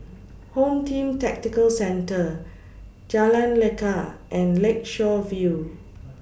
Home Team Tactical Centre Jalan Lekar and Lakeshore View